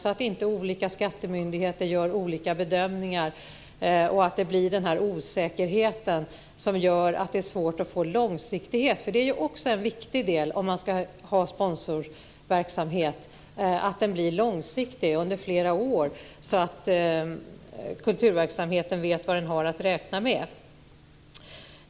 Då undviker man att olika skattemyndigheter gör olika bedömningar och att det blir en osäkerhet som gör att det är svårt att få långsiktighet. Långsiktigheten är ju också en viktig del i sponsorverksamhet - det måste bli långsiktigt och under flera år så att kulturverksamheten vet vad den har att räkna med.